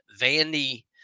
Vandy